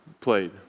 played